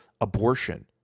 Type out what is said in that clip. abortion